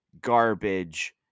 garbage